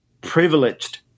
privileged